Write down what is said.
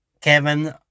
Kevin